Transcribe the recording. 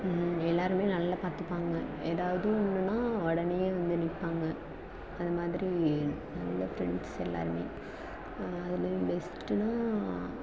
எல்லோருமே நல்லா பார்த்துப்பாங்க ஏதாவது ஒன்றுன்னா உடனே வந்து நிற்பாங்க அது மாதிரி நல்ல ஃப்ரெண்ட்ஸ் எல்லோருமே அதில் பெஸ்ட்டுன்னா